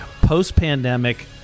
post-pandemic